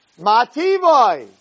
mativoi